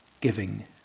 giving